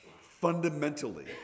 fundamentally